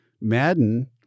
Madden